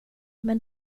men